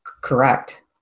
Correct